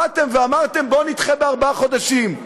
באתם ואמרתם: בואו נדחה בארבעה חודשים.